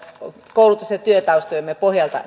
koulutus ja työtaustojemme pohjalta